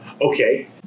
Okay